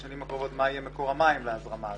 יהיה בשנים הקרובות מקור המים להזרמה הזאת.